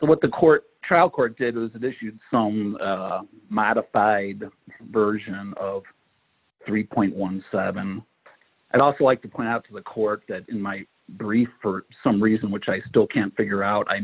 what the court trial court did or that issued some modified version three point one seven i'd also like to point out to the court that in my brief for some reason which i still can't figure out i